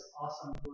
awesome